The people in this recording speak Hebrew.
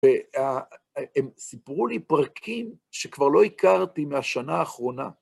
והם סיפרו לי פרקים שכבר לא הכרתי מהשנה האחרונה.